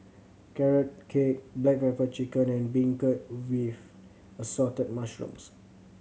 Carrot Cake black pepper chicken and beancurd with Assorted Mushrooms